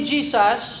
Jesus